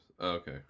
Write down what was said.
Okay